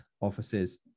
offices